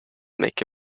make